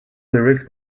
lyrics